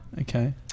Okay